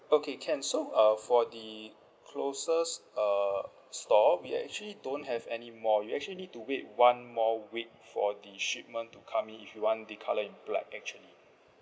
okay can so uh for the closest uh store we actually don't have any more you actually need to wait one more week for the shipment to come in if you want the colour in black actually